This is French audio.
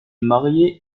mariée